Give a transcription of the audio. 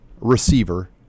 receiver